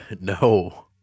No